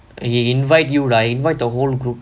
he invite you right invite the whole group